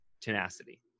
tenacity